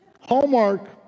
hallmark